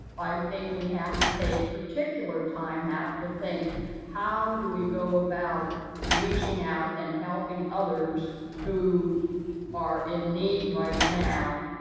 i think we have to take particular time out to think how do we go about reaching out and helping others who are in need right now,